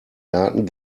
garten